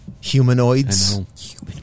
Humanoids